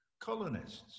colonists